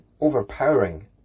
overpowering